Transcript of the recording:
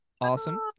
awesome